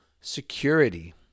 security